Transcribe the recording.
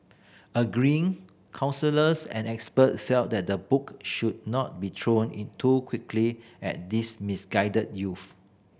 agreeing counsellors and expert felt that the book should not be thrown in too quickly at these misguided youth